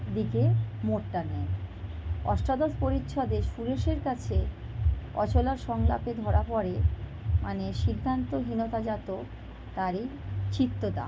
দিকে মোড়টা নেয় অষ্টাদশ পরিচ্ছদে সুরেশের কাছে অচলার সংলাপে ধরা পড়ে মানে সিদ্ধান্তহীনতাজাত তার এই চিত্ততা